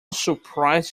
surprised